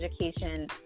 education